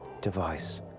device